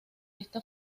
esta